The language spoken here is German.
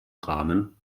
rahmen